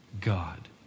God